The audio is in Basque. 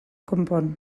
konpon